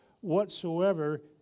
whatsoever